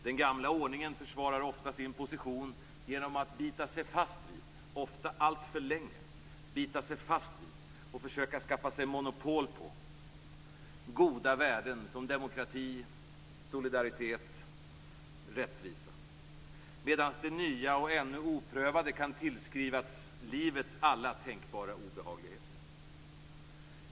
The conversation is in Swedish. Den gamla ordningen försvarar ofta sin position genom att ofta alltför länge bita sig fast vid och försöka skaffa sig monopol på goda värden som demokrati, solidaritet och rättvisa, medan det nya och ännu oprövade kan tillskrivas livets alla tänkbara obehagligheter.